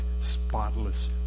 spotless